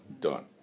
Done